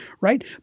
right